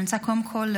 קודם כול,